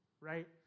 right